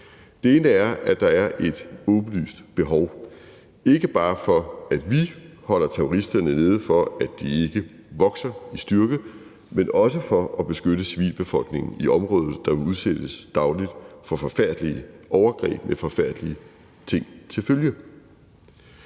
Den ene er, at der er et åbenlyst behov, ikke bare for, at vi holder terroristerne nede, så de ikke vokser i styrke, men også for at beskytte civilbefolkningen i området, hvor de dagligt udsættes for forfærdelige overgreb med forfærdelige ting til følge.